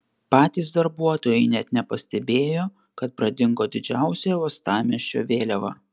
patys darbuotojai net nepastebėjo kad pradingo didžiausia uostamiesčio vėliava